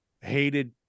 hated